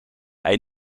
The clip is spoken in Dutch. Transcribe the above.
hij